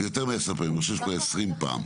יותר מעשר פעמים, אני חושב שכבר עשרים פעם.